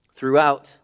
throughout